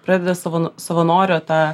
pradeda savana savanorio tą